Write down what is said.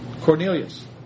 Cornelius